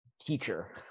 teacher